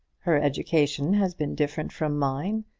her education has been different from mine,